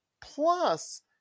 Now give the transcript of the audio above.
plus